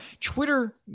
Twitter